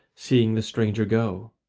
seeing the stranger go?